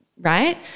right